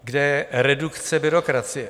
Kde je redukce byrokracie?